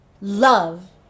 Love